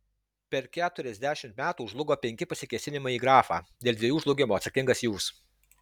per keturiasdešimt metų žlugo penki pasikėsinimai į grafą dėl dviejų žlugimo atsakingas jūs